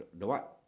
what